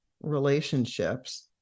relationships